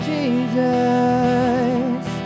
Jesus